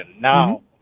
Now